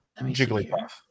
Jigglypuff